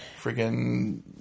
friggin